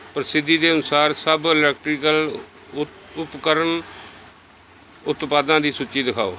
ਪ੍ਰਸਿੱਧੀ ਦੇ ਅਨੁਸਾਰ ਸਭ ਇਲੈਕਟ੍ਰੀਕਲ ਉ ਉਪਕਰਨ ਉਤਪਾਦਾਂ ਦੀ ਸੂਚੀ ਦਿਖਾਓ